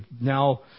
now